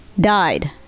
Died